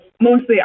mostly